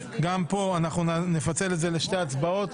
גם כאן נפצל את ההצבעה לשתי הצבעות.